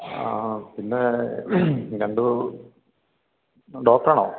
ആ പിന്നെ രണ്ട് ഡോക്ടർ ആണോ